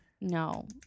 No